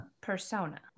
Persona